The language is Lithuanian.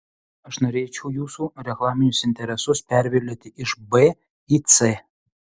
aš norėčiau jūsų reklaminius interesus pervilioti iš b į c